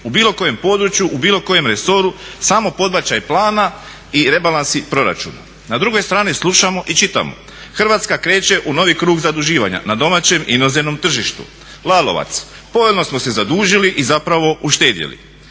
u bilo kojem području, u bilo kojem resoru, samo podbačaj plana i rebalansi proračuna. Na drugoj strani slušamo i čitamo, Hrvatska kreće u novi krug zaduživanja na domaćem i inozemnom tržištu, Lalovac: ponovno smo se zadužili i zapravo uštedjeli.